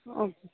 okay